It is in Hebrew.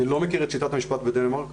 אני לא מכיר את שיטת המשפט בדנמרק.